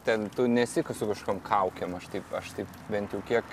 ten tu nesi su kažkokiom kaukėm aš taip aš tai bent jau kiek